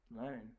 learn